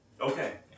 okay